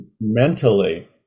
mentally